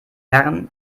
herren